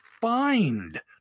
find